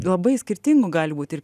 labai skirtingų gali būti ir